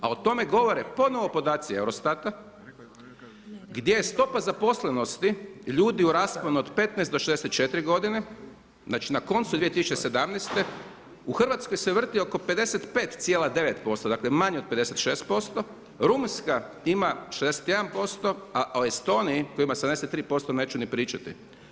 A o tome govore ponovo podaci EUROSTAT-a gdje je stopa zaposlenosti ljudi u rasponu od 15 do 64 godine, znači na koncu 2017. u Hrvatskoj se vrti oko 55,9% dakle manje od 56%, Rumunjska ima 61%, a u Estoniji koja ima 73% neću ni pričati.